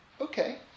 Okay